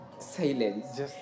silence